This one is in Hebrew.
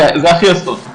זה הכי אסון,